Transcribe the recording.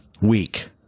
week